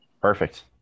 Perfect